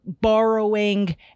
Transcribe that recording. borrowing